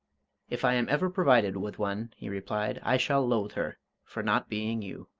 if i am ever provided with one, he replied, i shall loathe her for not being you.